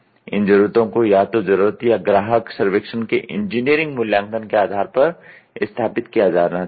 इन जरूरतों को या तो जरूरत या ग्राहक सर्वेक्षण के इंजीनियरिंग मूल्यांकन के आधार पर स्थापित किया जाना चाहिए